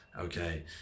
Okay